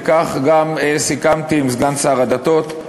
וכך גם סיכמתי עם סגן שר הדתות.